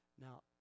Now